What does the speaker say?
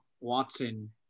Watson